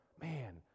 man